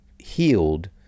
Healed